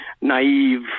naive